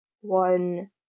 one